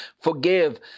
forgive